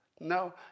No